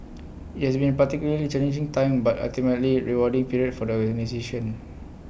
IT has been A particularly challenging time but ultimately rewarding period for the organisation